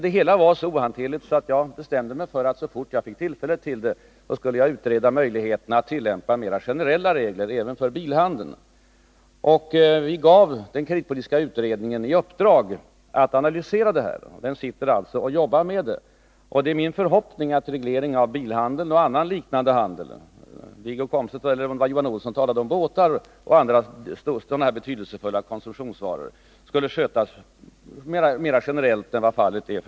Det hela var så ohanterligt att jag bestämde mig för att så fort jag fick tillfälle skulle jag utreda möjligheterna att tillämpa mera generella regler även för bilhandeln. Vi gav den kreditpolitiska utredningen i uppdrag att analysera frågan. Utredningen sitter alltså och jobbar med detta. Det är min förhoppning att eller om det var Johan Olsson, talade om båtar och andra betydelsefulla Fredagen den konsumtionsvaror — skulle skötas mer generellt än vad fallet är f. n.